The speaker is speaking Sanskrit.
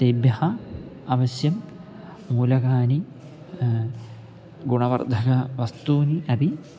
तेभ्यः अवश्यं मूलकानि गुणवर्धकवस्तूनि अपि